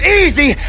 easy